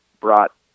brought